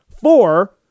Four